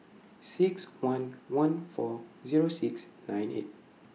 six one one four Zero six nine eight